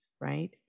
right